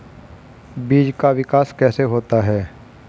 बीज का विकास कैसे होता है?